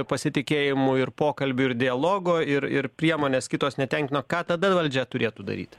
pasitikėjimų ir pokalbių ir dialogo ir ir priemonės kitos netenkina ką tada valdžia turėtų daryti